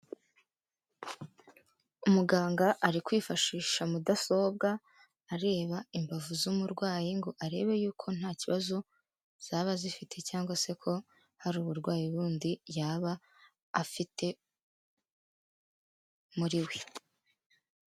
Umuganga ari kwifashisha mudasobwa areba imbavu z'umurwayi ngo arebe y'uko nta kibazo zaba zifite cyangwa se ko hari uburwayi bundi yaba afite muri we.